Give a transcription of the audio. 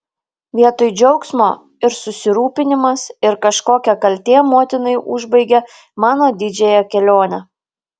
vietoj džiaugsmo ir susirūpinimas ir kažkokia kaltė motinai užbaigė mano didžiąją kelionę